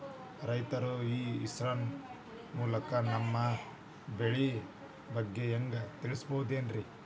ರೈತರು e commerce ಮೂಲಕ ತಮ್ಮ ಬೆಳಿ ಬಗ್ಗೆ ಹ್ಯಾಂಗ ತಿಳ್ಕೊಬಹುದ್ರೇ?